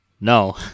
No